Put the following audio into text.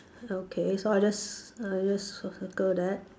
okay so I just I just cir~ circle that